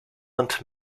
into